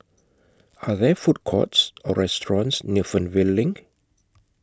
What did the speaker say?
Are There Food Courts Or restaurants near Fernvale LINK